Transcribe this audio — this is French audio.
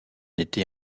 été